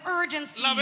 urgency